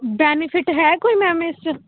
benefit ਹੈ ਕੋਈ ma'am ਇਸ 'ਚ